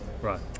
Right